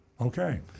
Okay